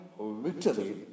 victory